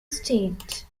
state